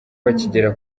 bakigera